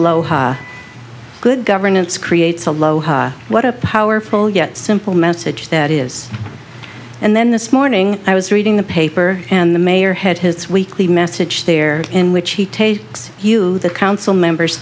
aloha good governance creates aloha what a powerful yet simple message that is and then this morning i was reading the paper and the mayor had his weekly message there in which he takes the council members